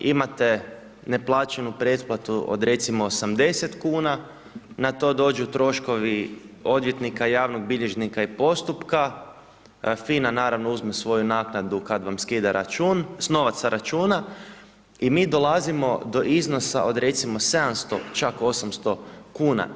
Imate neplaćenu pretplatu od recimo 80 kn, na to dođu troškovi odvjetnika javnog bilježnika i postupka, FINA naravno uzme svoju naknadu kada vam skida novac sa računa i mi dolazimo do iznosa od recimo 700, čak 800 kn.